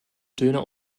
döner